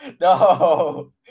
no